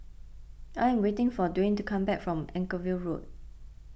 I am waiting for Dwane to come back from Anchorvale Road